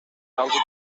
алдыда